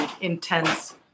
intense